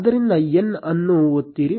ಆದ್ದರಿಂದ n ಅನ್ನು ಒತ್ತಿರಿ